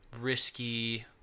risky